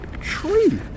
tree